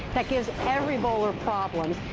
that gives every bowler problems,